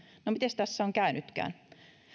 no miten tässä on käynytkään